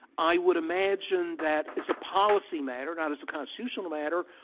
i would imagine that as a policy matter, not as a constitutional matter,